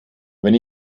wenn